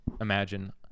imagine